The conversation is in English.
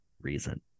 reason